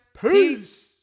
Peace